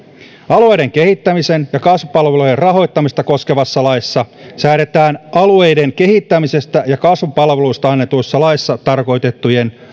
alueiden kehittämisen ja kasvupalvelujen rahoittamista koskevassa laissa säädetään alueiden kehittämisestä ja kasvupalveluista annetussa laissa tarkoitettujen